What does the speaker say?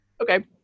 Okay